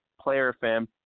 Player.fm